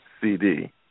CD